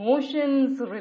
Emotions